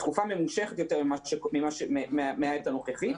תקופה ממושכת יותר מהעת הנוכחית,